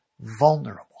vulnerable